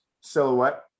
silhouette